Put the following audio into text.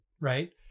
right